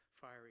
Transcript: fiery